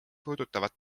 puudutavad